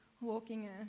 walking